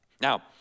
Now